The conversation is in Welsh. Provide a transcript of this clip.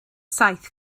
saith